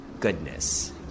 goodness